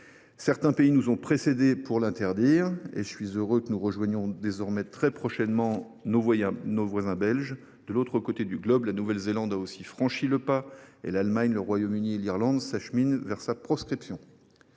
Certains pays nous ont précédés dans l’interdiction et je suis heureux que nous rejoignions désormais très prochainement nos voisins belges. De l’autre côté du globe, la Nouvelle Zélande a également franchi le pas. L’Allemagne, le Royaume Uni et l’Irlande s’acheminent à leur tour vers sa proscription.